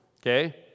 okay